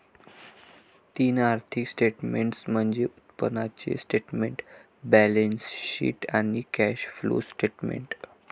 तीन आर्थिक स्टेटमेंट्स म्हणजे उत्पन्नाचे स्टेटमेंट, बॅलन्सशीट आणि कॅश फ्लो स्टेटमेंट